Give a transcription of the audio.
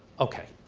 okay,